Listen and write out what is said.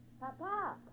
Papa